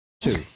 two